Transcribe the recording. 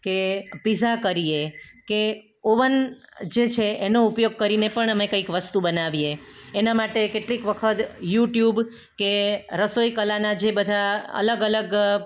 કે પીઝા કરીએ કે ઓવન જે છે એનો ઉપયોગ કરીને પણ અમે કંઈક વસ્તુ બનાવીએ એના માટે કેટલીક વખત યુટ્યુબ કે રસોઈ કલાના જે બધા અલગ અલગ